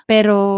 Pero